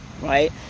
right